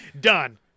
done